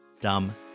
dumb